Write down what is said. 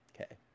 Okay